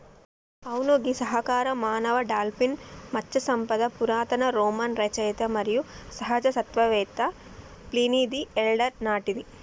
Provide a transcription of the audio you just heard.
అవును గీ సహకార మానవ డాల్ఫిన్ మత్స్య సంపద పురాతన రోమన్ రచయిత మరియు సహజ తత్వవేత్త ప్లీనీది ఎల్డర్ నాటిది